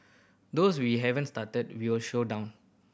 those we haven't started we'll slow down